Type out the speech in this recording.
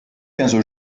quinze